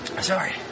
sorry